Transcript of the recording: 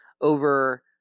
Over